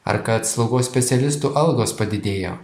ar kad slaugos specialistų algos padidėjo